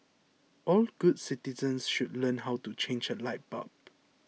all good citizens should learn how to change a light bulb